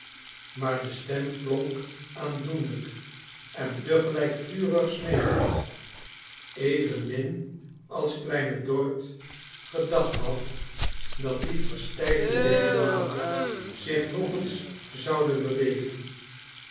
maar de stem klonk aandoenlijk en te gelijk vurig smeekend evenmin als kleine dorrit gedacht had dat die verstijfde ledematen zich nog eens zouden bewegen